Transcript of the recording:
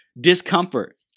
discomfort